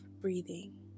breathing